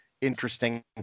interesting